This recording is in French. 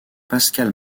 pascale